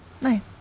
Nice